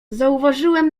zauważyłem